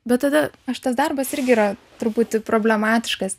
bet tada aš tas darbas irgi yra truputį problematiškas